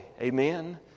Amen